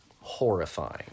horrifying